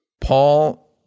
Paul